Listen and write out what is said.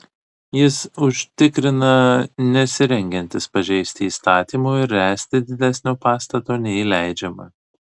jis užtikrina nesirengiantis pažeisti įstatymo ir ręsti didesnio pastato nei leidžiama